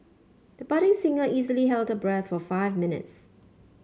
the budding singer easily held her breath for five minutes